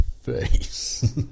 face